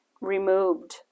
removed